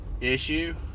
issue